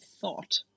thought